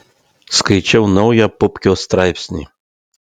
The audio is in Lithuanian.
skaičiau naują pupkio straipsnį